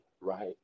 right